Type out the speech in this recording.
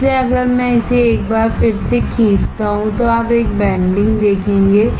इसलिए अगर मैं इसे एक बार फिर से खींचता हूं तो आप एक बेंडिंग देखेंगे